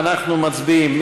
אנחנו מצביעים.